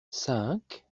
cinq